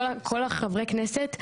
כל חברי כנסת,